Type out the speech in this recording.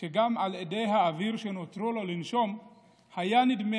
שגם על אדי האוויר שנותרו לו לנשום היה נדמה